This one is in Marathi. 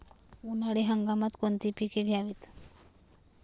उन्हाळी हंगामात कोणती पिके घ्यावीत?